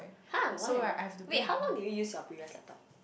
!huh! why ah wait how long did you use your previous laptop